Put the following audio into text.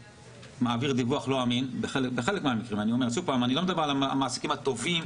מעביר דיווח לא אמין בחלק מהמקרים אני לא מדבר על המעסיקים הטובים,